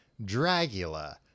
Dragula